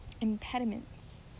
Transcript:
Impediments